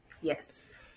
yes